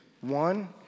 One